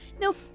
Nope